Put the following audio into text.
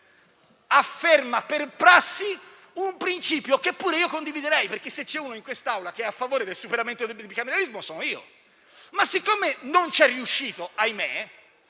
afferma per prassi un principio che pure io condividerei, perché se c'è uno in quest'Aula che è a favore del superamento del bicameralismo sono io, ma siccome non ci è riuscito, ahimè,